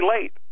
late